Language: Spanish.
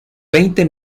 veinte